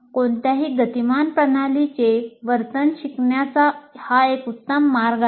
कोणत्याही गतिमान प्रणालीचे वर्तन शिकण्याचा हा एक उत्तम मार्ग आहे